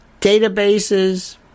databases